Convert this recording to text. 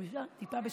אם אפשר טיפה בשקט,